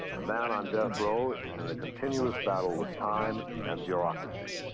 a man on death row is in a continuous battle with time and bureaucracy.